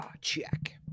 check